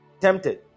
tempted